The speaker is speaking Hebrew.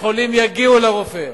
שחולים יגיעו לרופא.